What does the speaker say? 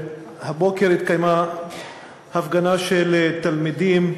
הבוקר התקיימה הפגנה של תלמידים,